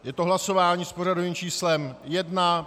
Je to hlasování s pořadovým číslem 1.